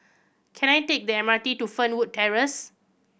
can I take the M R T to Fernwood Terrace